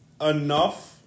enough